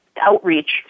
outreach